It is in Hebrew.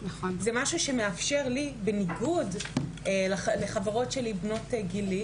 זה משהו שמאפשר לי בניגוד לחברות שלי בנות גילי